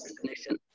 connection